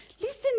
Listen